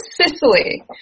Sicily